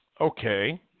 okay